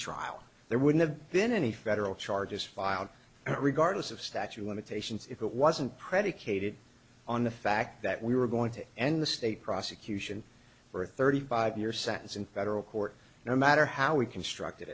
trial there would have been any federal charges filed regardless of statue of limitations if it wasn't predicated on the fact that we were going to end the state prosecution for thirty five year sentence in federal court no matter how we constructed